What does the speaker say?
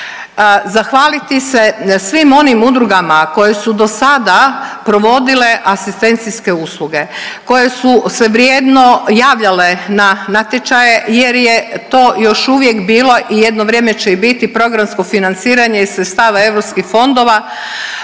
zahvaliti se svim onim udrugama koje su dosada provodile asistencijske usluge, koje su se vrijedno javljale na natječaje jer je to još uvijek bilo i jedno vrijeme će i biti programsko financiranje iz sredstva europskih fondova